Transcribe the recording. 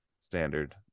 standard